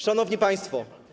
Szanowni Państwo!